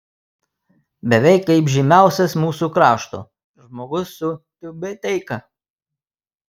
beveik kaip žymiausias mūsų krašto žmogus su tiubeteika